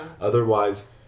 Otherwise